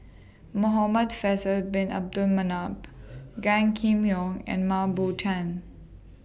Muhamad Faisal Bin Abdul Manap Gan Kim Yong and Mah Bow Tan